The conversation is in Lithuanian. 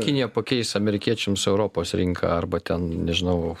kinija pakeis amerikiečiams europos rinką arba ten nežinau